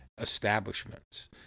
establishments